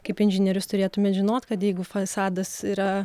kaip inžinierius turėtumėt žinot kad jeigu fasadas yra